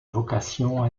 vocation